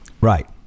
Right